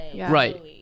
Right